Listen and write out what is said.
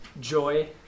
joy